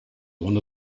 one